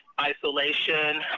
isolation